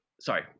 sorry